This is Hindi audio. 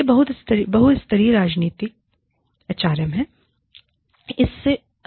यह बहुस्तरीय रणनीतिक HRM है